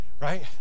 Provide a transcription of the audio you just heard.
Right